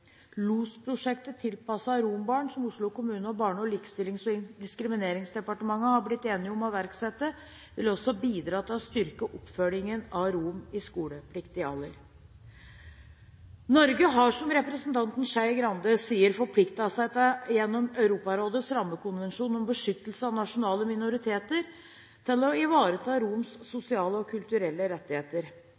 Losprosjektet tilpasset rombarn, som Oslo kommune og Barne-, likestillings- og inkluderingsdepartementet er blitt enige om å iverksette, vil også bidra til å styrke oppfølgingen av romer i skolepliktig alder. Norge har, som representanten Skei Grande sier, forpliktet seg gjennom Europarådets rammekonvensjon om beskyttelse av nasjonale minoriteter til å ivareta romenes sosiale og kulturelle rettigheter.